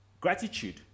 gratitude